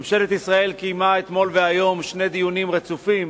ממשלת ישראל קיימה אתמול והיום שני דיונים רצופים